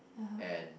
and